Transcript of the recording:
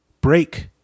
break